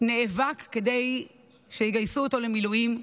נאבק כדי שיגייסו אותו למילואים.